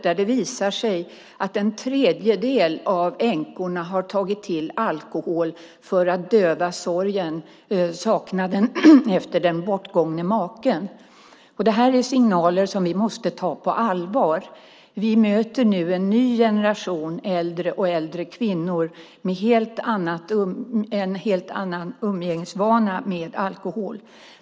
Det har visat sig att en tredjedel av änkorna har tagit till alkohol för att döva sorgen och saknaden efter den bortgångne maken. Det här är signaler som vi måste ta på allvar. Vi möter nu en ny generation äldre och äldre kvinnor med helt andra umgängesvanor med alkohol.